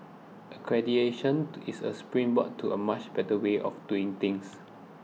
accreditation to is a springboard to a much better way of doing things